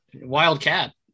wildcat